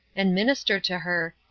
and minister to her,